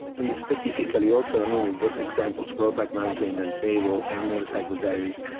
and specifically, also um in in those examples, brokeback mountain and babel and motorcycle diaries,